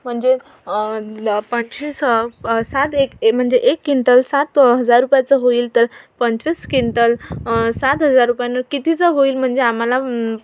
म्हणजे पंचवीस सात ए म्हंजे एक किंटल सात हजार रुपयांचा होईल तर पंचवीस किंटल सात हजार रुपयानं कितीचा होईल म्हणजे आम्हाला